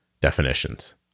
Definitions